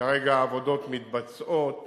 כרגע העבודות מתבצעות,